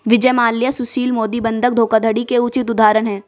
विजय माल्या सुशील मोदी बंधक धोखाधड़ी के उचित उदाहरण है